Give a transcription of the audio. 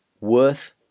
worth